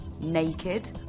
naked